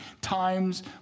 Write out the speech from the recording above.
times